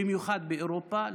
במיוחד באירופה,